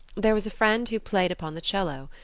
there was a friend who played upon the cello.